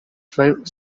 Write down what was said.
five